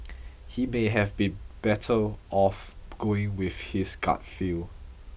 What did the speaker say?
he may have been better off going with his gut feel